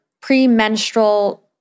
premenstrual